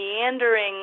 meandering